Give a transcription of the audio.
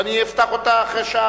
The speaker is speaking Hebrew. ואני אפתח אותה אחרי שעה,